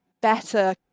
better